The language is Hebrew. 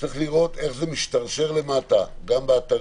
צריך לראות איך זה משתרשר למטה גם באתרים,